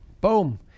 Boom